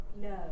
No